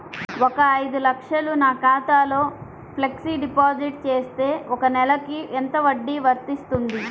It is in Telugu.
ఒక ఐదు లక్షలు నా ఖాతాలో ఫ్లెక్సీ డిపాజిట్ చేస్తే ఒక నెలకి ఎంత వడ్డీ వర్తిస్తుంది?